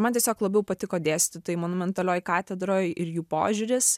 man tiesiog labiau patiko dėstytojai monumentalioj katedroj ir jų požiūris